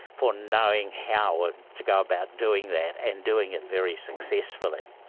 for knowing how ah to go about doing that, and doing it very successfully.